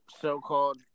so-called